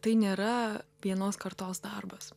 tai nėra vienos kartos darbas